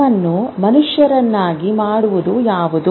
ನಮ್ಮನ್ನು ಮನುಷ್ಯರನ್ನಾಗಿ ಮಾಡುವುದು ಯಾವುದು